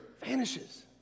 vanishes